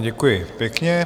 Děkuji pěkně.